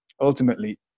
Ultimately